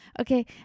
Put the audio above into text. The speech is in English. okay